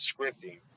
scripting